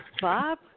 Bob